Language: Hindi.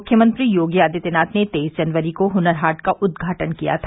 मुख्यमंत्री योगी आदित्यनाथ ने तेईस जनवरी को हुनर हॉट का उद्घाटन किया था